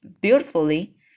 beautifully